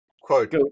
quote